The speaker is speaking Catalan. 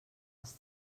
els